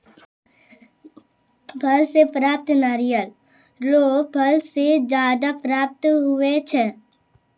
फल से प्राप्त नारियल रो फल से ज्यादा प्राप्त हुवै छै